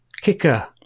Kicker